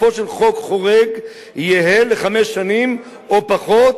תוקפו של חוק חורג יהא לחמש שנים או פחות,